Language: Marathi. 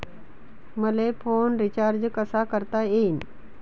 मले फोन रिचार्ज कसा करता येईन?